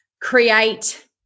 create